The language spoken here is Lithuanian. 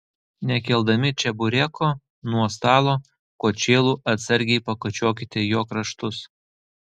nekeldami čebureko nuo stalo kočėlu atsargiai pakočiokite jo kraštus